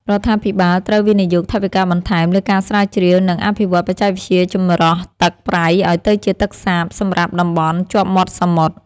រដ្ឋាភិបាលត្រូវវិនិយោគថវិកាបន្ថែមលើការស្រាវជ្រាវ និងអភិវឌ្ឍន៍បច្ចេកវិទ្យាចម្រោះទឹកប្រៃឱ្យទៅជាទឹកសាបសម្រាប់តំបន់ជាប់មាត់សមុទ្រ។